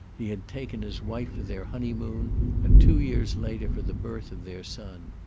he had taken his wife for their honeymoon and two years later, for the birth of their son.